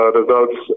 results